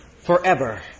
Forever